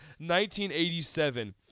1987